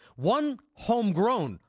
one home grown,